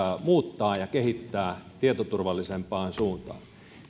muuttaa ja kehittää tietoturvallisempaan suuntaan